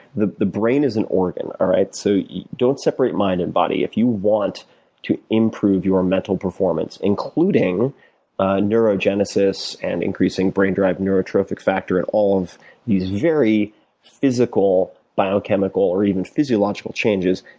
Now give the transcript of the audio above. the the brain is an organ, alright? so don't separate mind and body. if you want to improve your mental performance, including neurogenesis and increasing brain drive, neurotrophic factor, and all of these very physical, biochemical, or even physiological changes,